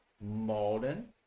Malden